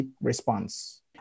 response